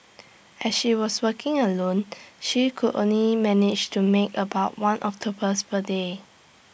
as she was working alone she could only manage to make about one octopus per day